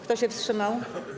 Kto się wstrzymał?